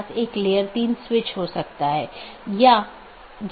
दो त्वरित अवधारणाऐ हैं एक है BGP एकत्रीकरण